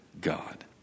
God